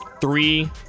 three